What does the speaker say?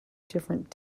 different